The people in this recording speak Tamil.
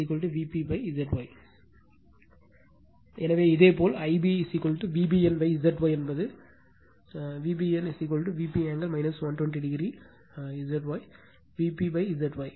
எனவே இதேபோல் I b V bn Z Y என்பது eq ual V bn Vp angle 120o வகுக்கப்பட்ட Z Y மற்றும் Vp Z Y இதில் Vp Z Y I a